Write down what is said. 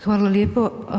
Hvala lijepo.